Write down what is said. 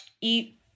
eat